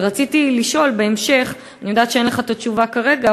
ורציתי לשאול בהמשך: אני יודעת שאין לך את התשובה כרגע,